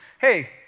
hey